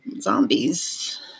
zombies